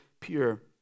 pure